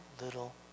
little